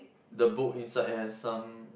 the boat inside has some